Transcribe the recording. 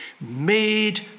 made